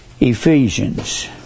Ephesians